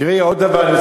תן לה רק זכויות.